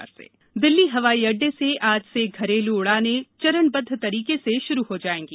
हवाई उडान दिल्ली हवाई अड्डे से आज से घरेल् उड़ानें चरणबद्ध तरीके से श्रू हो जाएंगी